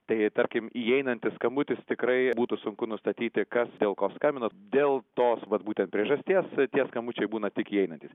tai tarkim įeinantis skambutis tikrai būtų sunku nustatyti kas dėl ko skambino dėl tos vat būtent priežasties tie skambučiai būna tik įeinantys